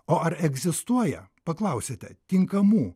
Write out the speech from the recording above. o ar egzistuoja paklausite tinkamų